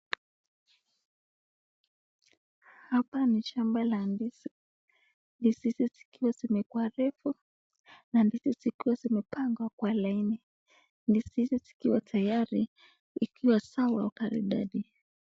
Hapa ni shamba la ndizi. Ndizi hizi zikiwa zimekuwa refu na ndizi zikiwa zimepangwa kwa laini. Ndizi hizi zikiwa tayari ikiwa sawa ukaridaji .